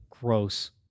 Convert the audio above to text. Gross